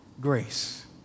grace